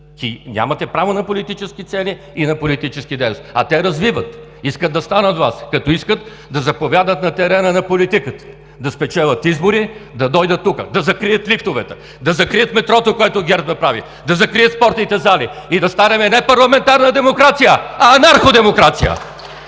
нямате право на политически цели и на политически дейности. А те развиват! Искат да станат власт. Като искат, да заповядат на терена на политиката, да спечелят избори, да дойдат тук – да закрият лифтовете, да закрият метрото, което ГЕРБ направи, да закрият спортните зали, и станем не парламентарна демокрация, а анарходемокрация!